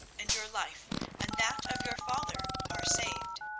and your life and that of your father are saved.